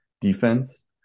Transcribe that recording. defense